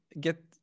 get